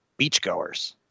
beachgoers